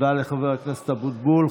תודה לחבר הכנסת אבוטבול.